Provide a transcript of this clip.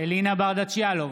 אלינה ברדץ' יאלוב,